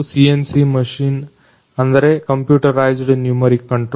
CNC machine ಅಂದರೆ computerised numeric control